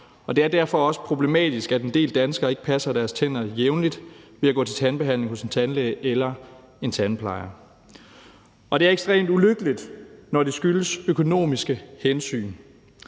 det er derfor også problematisk, at en del danskere ikke passer deres tænder jævnligt ved at gå til tandbehandling hos en tandlæge eller hos en tandplejer. Og det er ekstremt ulykkeligt, når det skyldes økonomiske hensyn.